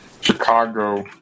Chicago